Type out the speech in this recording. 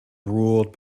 ruled